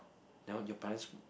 that one your parents